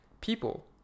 people